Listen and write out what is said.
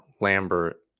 Lambert